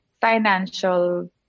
financial